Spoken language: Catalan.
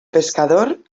pescador